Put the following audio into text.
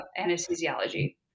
Anesthesiology